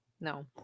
No